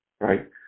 right